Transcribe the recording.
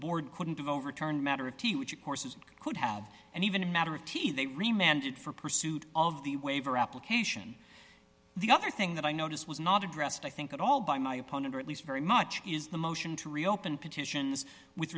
board couldn't have overturned matter of t which of course is and could have and even a matter of t they remanded for pursuit of the waiver application the other thing that i noticed was not addressed i think at all by my opponent or at least very much is the motion to reopen petitions with